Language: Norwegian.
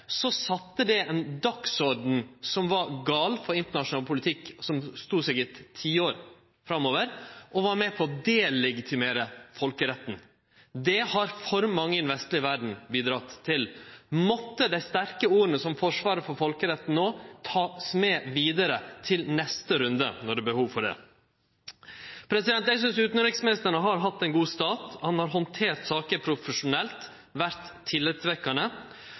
sette det ein dagsorden som var galen for internasjonal politikk, og som stod seg i eit tiår framover og var med på å delegitimere folkeretten. Det har for mange i den vestlege verda bidrege til. Måtte dei sterke orda som forsvarar folkeretten no, verte teke med vidare til neste runde, når det er behov for det. Eg synest utanriksministeren har hatt ein god start. Han har handtert saker profesjonelt og vore